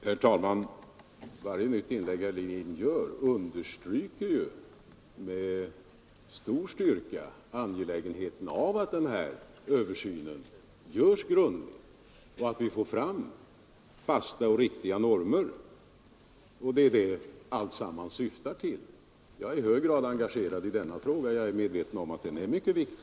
Herr talman! Varje nytt inlägg som herr Levin gör understryker angelägenheten av att denna översyn görs grundlig och att vi får fram fasta och riktiga normer. Alltsammans syftar ju till detta. Jag är i hög grad engagerad i denna fråga, och jag är medveten om att den är mycket viktig.